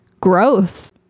growth